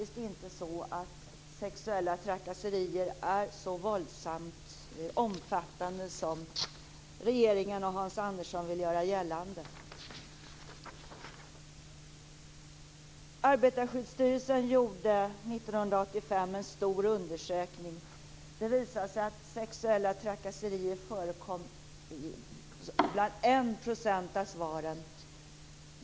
Sexuella trakasserier är faktiskt inte så våldsamt omfattande som regeringen och Hans Andersson vill göra gällande. Arbetarskyddsstyrelsen gjorde 1985 en stor undersökning. Det visade sig att sexuella trakasserier angavs i 1 % av svaren.